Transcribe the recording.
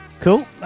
cool